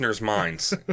minds